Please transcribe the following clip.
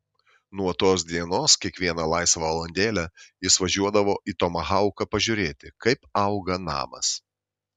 nuo tos dienos kiekvieną laisvą valandėlę jie važiuodavo į tomahauką pažiūrėti kaip auga namas